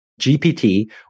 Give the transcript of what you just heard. GPT